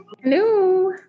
Hello